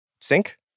sink